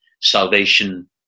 Salvation